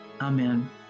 Amen